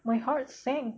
my heart sank